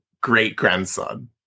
great-grandson